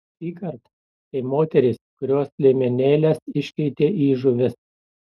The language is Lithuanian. šįkart tai moterys kurios liemenėles iškeitė į žuvis